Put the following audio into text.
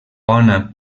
bona